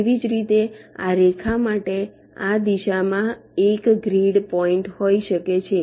તેવી જ રીતે આ રેખા માટે આ દિશામાં એક ગ્રીડ પોઈન્ટ હોઈ શકે છે